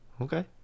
Okay